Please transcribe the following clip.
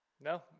No